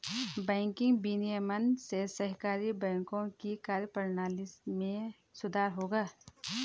banking विनियमन से सहकारी बैंकों की कार्यप्रणाली में सुधार होगा